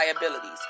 liabilities